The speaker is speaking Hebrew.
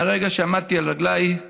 מהרגע שעמדתי על רגליי